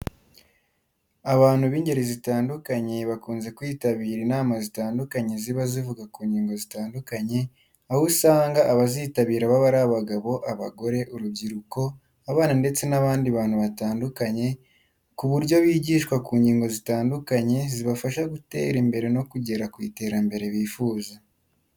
Abantu b'ingeri zitandukanye bakunze kwitabira inama zitandukanye ziba zivuga ku ingingo zitandukanye, aho usanga abazitabira baba ari abagabo, abagore, urubyiruko, abana ndetse n'abandi bantu batandukanye ku buryo bigishwa ku ngingo zitandukanye, zibafasha gutera imbere no kugera ku iterambere bifuza.